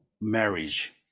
marriage